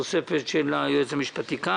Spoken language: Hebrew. ובתוספת סעיף התחילה שהוסיף היועץ המשפטי של הוועדה.